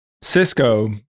Cisco